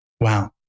Wow